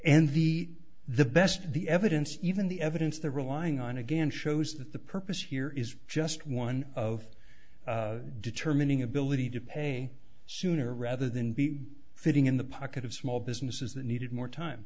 and the the best the evidence even the evidence they're relying on again shows that the purpose here is just one of determining ability to pay sooner rather than be fitting in the pocket of small businesses that needed more time